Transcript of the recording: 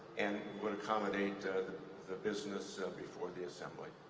and would accommodate the business so before the assembly.